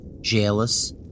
Jealous